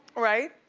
right?